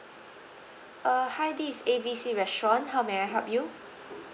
uh hi this is A B C restaurant how may I help you